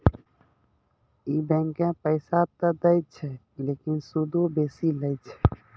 इ बैंकें पैसा त दै छै लेकिन सूदो बेसी लै छै